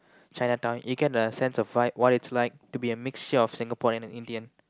Chinatown you get a sense of vibe what it's like to be a mixture of Singapore and Indian